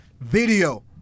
video